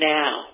now